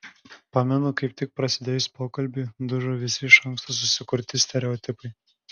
pamenu kaip tik prasidėjus pokalbiui dužo visi iš anksto susikurti stereotipai